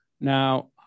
now